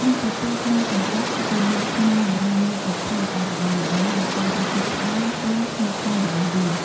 នំពពាយស្នូលសណ្តែក គឺជានំខ្មែរបុរាណមួយប្រភេទដែលល្បីល្បាញដោយសាររសជាតិផ្អែម ទន់ ឈ្ងុយឆ្ងាញ់ របស់វា។